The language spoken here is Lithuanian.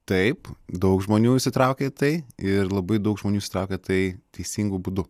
taip daug žmonių įsitraukia į tai ir labai daug žmonių įsitraukia į tai teisingu būdu